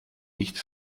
nicht